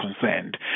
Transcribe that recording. concerned